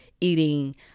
eating